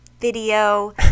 video